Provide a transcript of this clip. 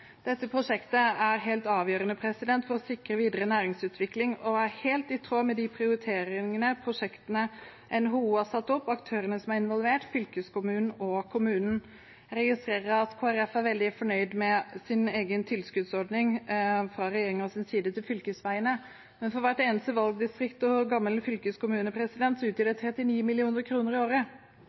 Dette prosjektet er helt avgjørende for å sikre videre næringsutvikling og er helt i tråd med de prioriteringene og prosjektene NHO har satt opp, aktørene som er involvert, fylkeskommunen og kommunen. Jeg registrerer at Kristelig Folkeparti er veldig fornøyd med sin egen tilskuddsordning fra regjeringens side til fylkesveiene, men for hvert eneste valgdistrikt og gammel fylkeskommune utgjør det 39 mill. kr i året.